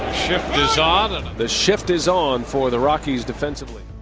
shift is on. and the shift is on for the rockies defensively.